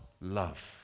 love